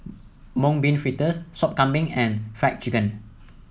Mung Bean Fritters Sop Kambing and Fried Chicken